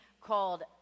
called